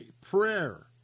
prayer